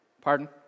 Pardon